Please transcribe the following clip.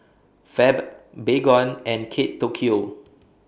Fab Baygon and Kate Tokyo